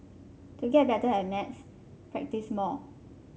to get better at maths practise more